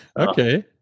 Okay